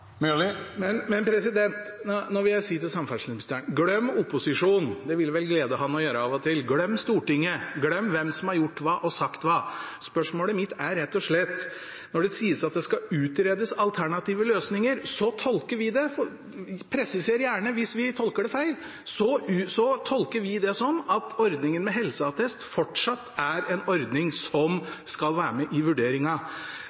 Nå vil jeg si til samferdselsministeren: Glem opposisjonen. Det ville det vel glede ham å gjøre av og til. Glem Stortinget. Glem hvem som har gjort hva, og sagt hva. Spørsmålet mitt er rett og slett: Når det sies at det skal utredes alternative løsninger, tolker vi det sånn – presiser gjerne hvis vi tolker det feil – at ordningen med helseattest er en ordning som fortsatt skal være med i vurderingen. Poenget her er